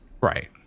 Right